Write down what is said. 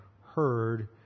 heard